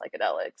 psychedelics